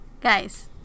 Guys